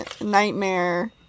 nightmare